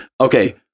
Okay